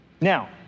Now